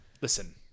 Listen